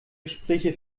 gespräche